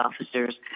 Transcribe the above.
officers